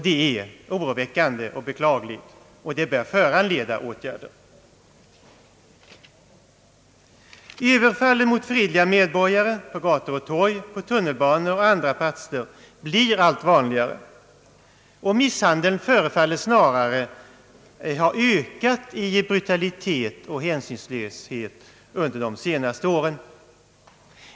Det är oroväckande och beklagligt, och det bör föranleda motåtgärder. Överfallen mot fredliga medborgare på gator och torg, på tunnelbanor och på andra platser blir allt vanligare, och misshandeln förefaller snarare ha ökat i brutalitet och hänsynslöshet under de senaste åren.